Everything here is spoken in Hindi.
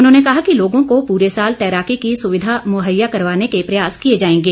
उन्होंने कहा कि लोगों को पूरे साल तैराकी की सुविधा मुहैया करवाने के प्रयास किए जाएंगे